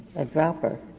a dropper